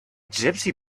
gypsy